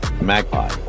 Magpie